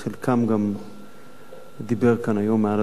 חלקם גם דיברו כאן היום מהדוכן,